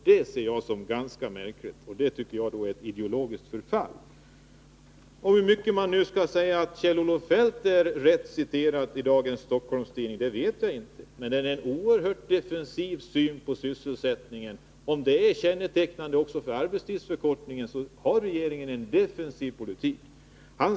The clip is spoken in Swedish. Det ser jag som ganska märkligt och tycker är ett ideologiskt förfall. Hur riktigt Kjell-Olof Feldt är citerad i dagens Stockholms-Tidningen vet jaginte. Men det är en defensiv syn på sysselsättningspolitiken som kommer fram där. Om det är kännetecknande också när det gäller arbetstidsförkortningen, har regeringen en defensiv politik.